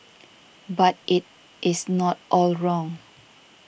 but it is not all wrong